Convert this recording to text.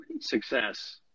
success